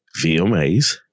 VMAs